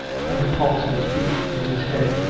and the pulses beat in his head,